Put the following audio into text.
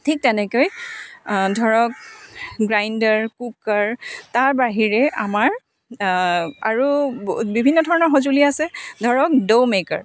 ঠিক তেনেকৈ ধৰক গ্ৰাইণ্ডাৰ কুকাৰ তাৰ বাহিৰে আমাৰ আৰু বিভিন্ন ধৰণৰ সঁজুলি আছে ধৰক ড' মেকাৰ